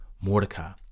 mordecai